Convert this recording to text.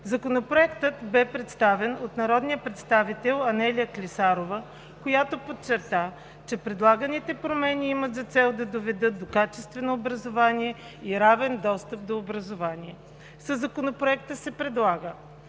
Законопроектът бе представен от народния представител Анелия Клисарова, която подчерта, че предлаганите промени имат за цел да доведат до качествено образование и равен достъп до образование. Със Законопроекта се предлага: